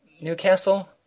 Newcastle